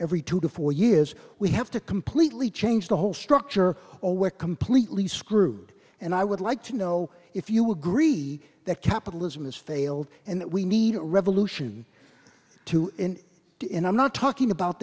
every two to four years we have to completely change the whole structure or we're completely screwed and i would like to know if you agree that capitalism has failed and that we need a revolution to get in i'm not talking about